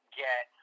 get